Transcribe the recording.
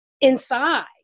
inside